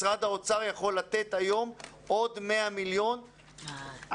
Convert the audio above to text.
משרד האוצר יכול לתת היום עוד 100 מיליון על